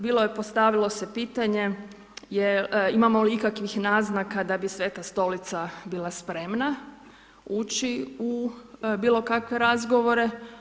Bilo je postavilo se pitanje imamo li ikakvih naznaka da bi Sveta Stolica bila spremna ući u bilokakve razgovore.